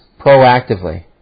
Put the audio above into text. Proactively